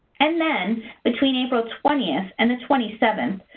and then between april twenty and the twenty seventh,